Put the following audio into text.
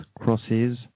crosses